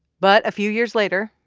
but a few years later,